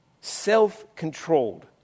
Self-controlled